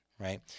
Right